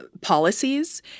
policies